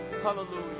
Hallelujah